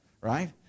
Right